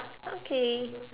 okay